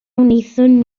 wnaethon